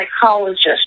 psychologist